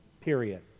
period